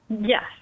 Yes